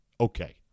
Okay